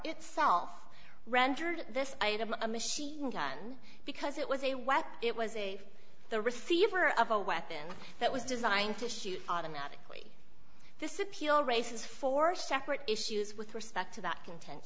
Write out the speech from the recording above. itself rendered this item a machine gun because it was a weapon it was the receiver of a weapon that was designed to shoot automatically this appeal races four separate issues with respect to that content